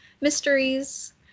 mysteries